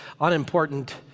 unimportant